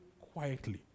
quietly